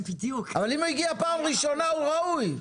אם הוא הגיע פעם ראשונה הוא ראוי.